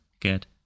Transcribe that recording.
get